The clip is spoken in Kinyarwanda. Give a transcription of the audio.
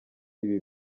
ibi